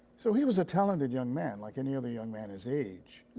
so, he was a talented young man, like any other young man his age.